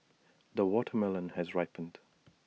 the watermelon has ripened